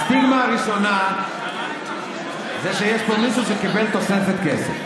הסטיגמה הראשונה זה שיש פה מישהו שקיבל תוספת כסף.